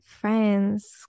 friends